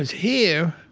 here